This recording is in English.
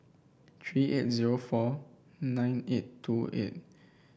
three eight zero four nine eight two eight